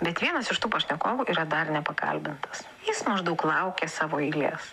bet vienas iš tų pašnekovų yra dar nepakalbintas jis maždaug laukia savo eilės